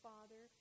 Father